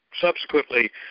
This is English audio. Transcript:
subsequently